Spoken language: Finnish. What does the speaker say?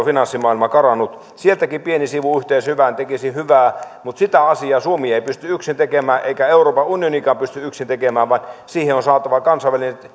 tämä finanssimaailma on karannut sieltäkin pieni siivu yhteiseen hyvään tekisi hyvää mutta sitä asiaa suomi ei pysty yksin tekemään eikä euroopan unionikaan pysty yksin tekemään vaan siihen on saatava kansainväliset